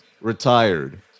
retired